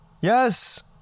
yes